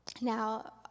Now